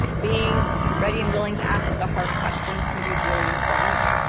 being ready and willing to ask the hard questions can be really important,